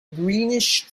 greenish